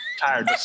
Tired